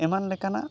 ᱮᱢᱟᱱ ᱞᱮᱠᱟᱱᱟᱜ